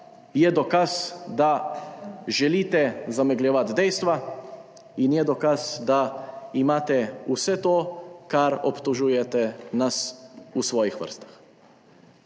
je dokaz, da želite zamegljevati dejstva, in je dokaz, da imate vse to, česar obtožujete nas, v svojih vrstah.